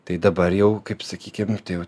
tai dabar jau kaip sakykim tai jau